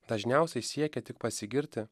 dažniausiai siekia tik pasigirti